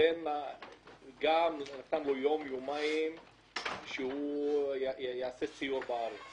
ונתנו לו יום-יומיים שהוא יעשה סיור בארץ.